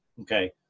okay